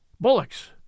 Bullocks